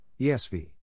ESV